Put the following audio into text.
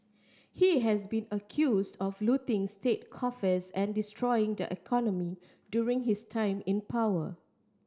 he has been accuse of looting state coffers and destroying the economy during his time in power